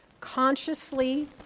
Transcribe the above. Consciously